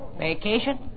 Vacation